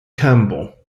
campbell